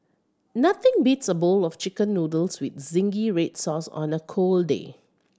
nothing beats a bowl of Chicken Noodles with zingy red sauce on a cold day